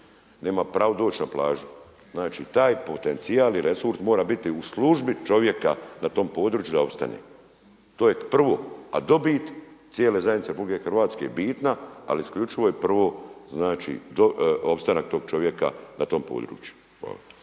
nema pravo doći na plažu. Znači taj potencijal i resurs mora biti u službi čovjeka na tom području da opstane, to je prvo. A dobit cijele zajednice Republike Hrvatske je bitna ali isključivo je prvo, znači do opstanak to čovjeka na tom području.